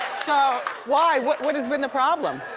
so. why, what what has been the problem?